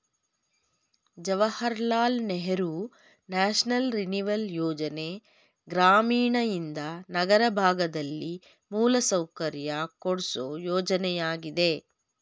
Jawahar Lal Nehru national renewal ಯೋಜನೆ ಗ್ರಾಮೀಣಯಿಂದ ನಗರ ಭಾಗದಲ್ಲಿ ಮೂಲಸೌಕರ್ಯ ಕೊಡ್ಸು ಯೋಜನೆಯಾಗಿದೆ